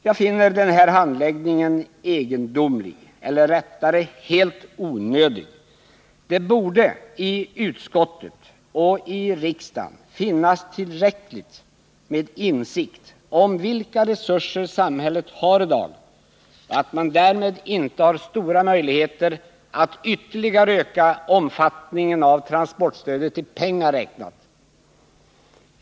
Jag finner den här handläggningen egendomlig eller rättare sagt helt onödig. Det borde i utskottet och i riksdagen finnas tillräckligt med insikt om vilka resurser samhället har i dag och om att man med dessa inte har stora möjligheter att ytterligare öka omfattningen av transportstödet i pengar räknat.